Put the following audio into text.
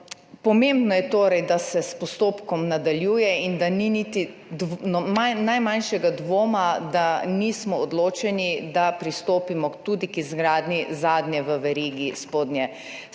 Pomembno je torej, da se s postopkom nadaljuje in da ni niti najmanjšega dvoma, da nismo odločeni, da pristopimo tudi k izgradnji zadnje v verigi spodnjesavskih